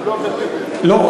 לא.